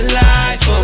life